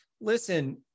listen